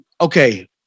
okay